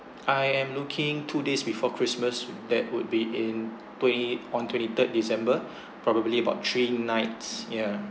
I am looking two days before christmas that would be in twen~ on twenty third december probably about three nights yeah